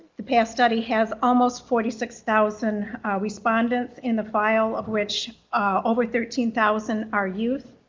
the path study has almost forty six thousand respondents in the file of which over thirteen thousand are youth.